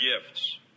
gifts